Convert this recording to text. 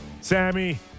Sammy